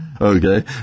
Okay